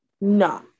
No